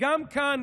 גם כאן